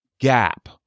Gap